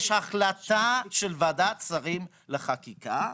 יש החלטה של ועדת שרים לחקיקה,